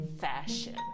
fashion